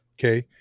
Okay